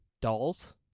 Dolls